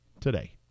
today